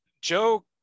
Joe